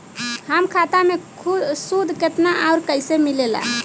हमार खाता मे सूद केतना आउर कैसे मिलेला?